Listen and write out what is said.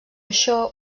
això